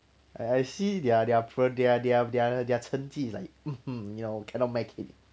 I I see their their pro~ their their their 成绩 is like mmhmm you know cannot make it